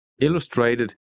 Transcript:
illustrated